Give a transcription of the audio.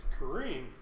Kareem